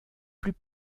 plus